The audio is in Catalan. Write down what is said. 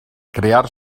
crear